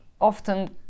often